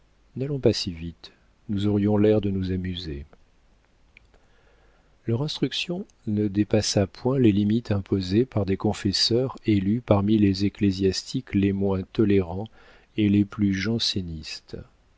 n'allons pas si vite nous aurions l'air de nous amuser leur instruction ne dépassa point les limites imposées par des confesseurs élus parmi les ecclésiastiques les moins tolérants et les plus jansénistes